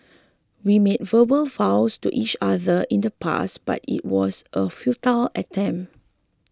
we made verbal vows to each other in the past but it was a futile attempt